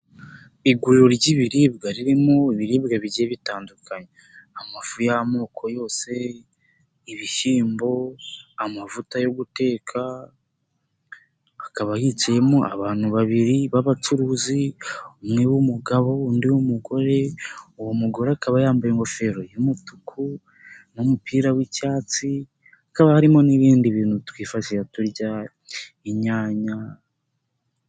Iguriro ry'ibiribwa ririmo ibiribwa bigiye bitandukanye amafu y'amoko yose, ibishyimbo amavuta yo guteka, hakaba hicayemo abantu babiri b'abacuruzi, umwe w'umugabo undi w'umugore, uwo mugore akaba yambaye ingofero y'umutuku n'umupira w'icyatsi, hakaba harimo n'ibindi bintu twifashisha turya inyanya.